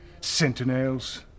Sentinels